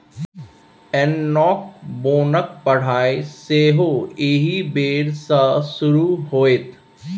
एनलॉग बोनक पढ़ाई सेहो एहि बेर सँ शुरू होएत